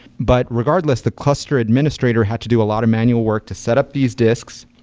but regardless, the cluster administrator had to do a lot of manual work to set up these disks,